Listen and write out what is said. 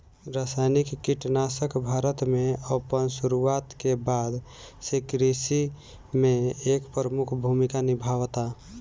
रासायनिक कीटनाशक भारत में अपन शुरुआत के बाद से कृषि में एक प्रमुख भूमिका निभावता